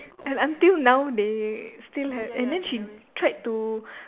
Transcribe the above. and until now they still had and then she tried to